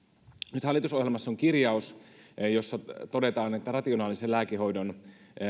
nyt hallitusohjelmassa on kirjaus jossa todetaan että rationaalisen lääkehoidon